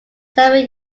seven